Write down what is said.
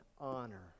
honor